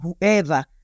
Whoever